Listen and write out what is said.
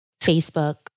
Facebook